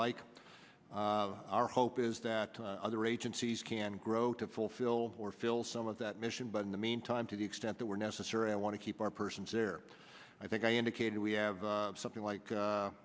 like our hope is that other agencies can grow to fulfill or fill some of that mission but in the meantime to the extent that were necessary i want to keep our persons there i think i indicated we have something like